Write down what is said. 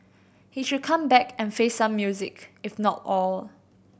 he should come back and face some music if not all